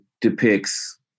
depicts